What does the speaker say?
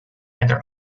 either